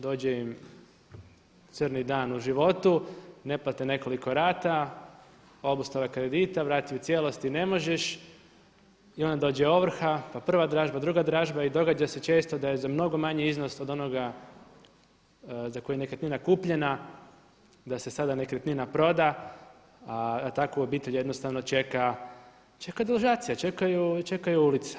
Dođe im crni dan u životu, ne plate nekoliko rata, obustava kredita, vratiti u cijelosti ne možeš i onda dođe ovrha pa prva dražba, druga dražba i događa se često da je za mnogo manji iznos od onoga za koji je nekretnina kupljena da se sada nekretnina proda, a takvu obitelj jednostavno čeka deložacija, čeka ju ulica.